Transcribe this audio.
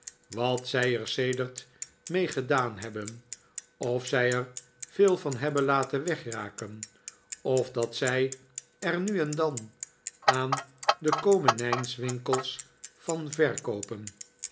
wat zij er sedert mee gedaan hebben of zij er veel van hebben laten wegraken of dat zij er nu en dan aan de komenijswinkels van verkoopen